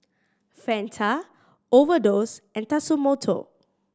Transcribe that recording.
Fanta Overdose and Tatsumoto